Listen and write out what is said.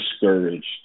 discouraged